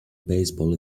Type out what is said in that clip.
baseball